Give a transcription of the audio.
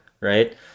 right